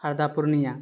Harda Purnia